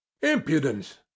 impudence